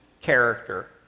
character